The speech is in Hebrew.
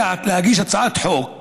להגיש גם הצעת חוק